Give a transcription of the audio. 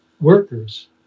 workers